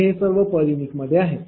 इथे हे सर्व पर युनिट मध्ये आहे